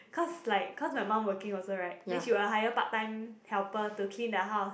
cause like cause my mum working also right then she will like hire part time helper to clean the house